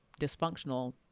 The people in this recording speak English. dysfunctional